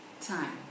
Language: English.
time